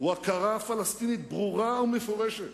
הוא הכרה פלסטינית ברורה ומפורשת